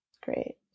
Great